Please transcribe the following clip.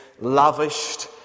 lavished